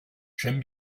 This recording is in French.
j’aime